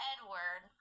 Edward